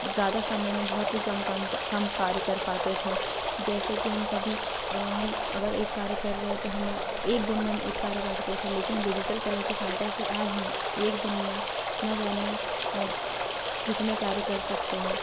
ज़्यादा समय में बहुत ही कम कम कम कार्य कर पाते थे जैसे कि हम कभी हम अगर एक कार्य कर रहे हैं तो हम एक दिन में हम एक कार्य करते थे लेकिन डिजिटल कला की सहायता से आज हम एक दिन में ना जाने कितने कार्य कर सकते हैं